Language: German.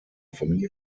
familie